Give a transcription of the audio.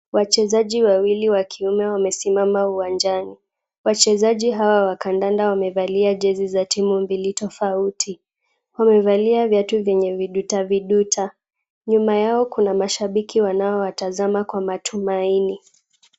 Wachezaji wawili wa kiume wamesimama uwanjani. Wachezaji hawa wa kandanda wamevalia jezi za timu mbili tofauti. Wamevalia viatu vyenye vidutaviduta. Nyuma yao kuna mashabiki wanaowatazama kwa matuaini.